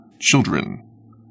children